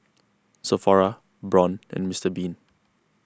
Sephora Braun and Mister Bean